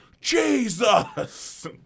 Jesus